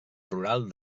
rural